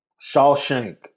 Shawshank